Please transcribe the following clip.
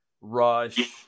Rush